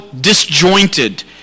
disjointed